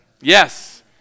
Yes